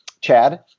Chad